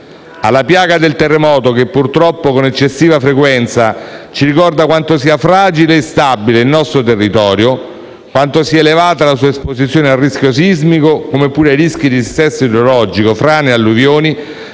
Alla piaga del terremoto, che purtroppo con eccessiva frequenza ci ricorda quanto sia fragile e instabile il nostro territorio e quanto sia elevata la sua esposizione al rischio sismico, come pure ai rischi di dissesto idrogeologico, frane e alluvioni,